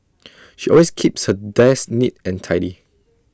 she always keeps her desk neat and tidy